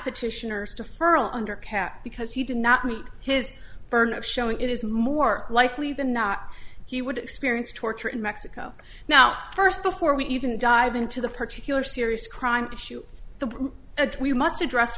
petitioners to furl under cat because he did not meet his burden of showing it is more likely than not he would experience torture in mexico now first before we even dive into the particular serious crime issue the we must address